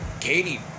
Katie